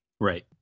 Right